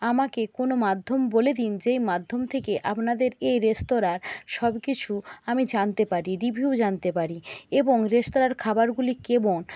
আমাকে কোনও মাধ্যম বলে দিন যেই মাধ্যম থেকে আপনাদের এই রেস্তোরাঁর সব কিছু আমি জানতে পারি রিভিউ জানতে পারি এবং রেস্তোরাঁর খাবারগুলি কেবন